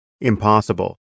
impossible